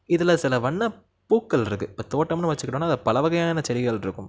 இதில் சில வண்ண பூக்கள் இருக்குது இப்போ தோட்டம்னு வச்சுக்கிட்டோம்னா அதில் பல வகையான செடிகள் இருக்கும்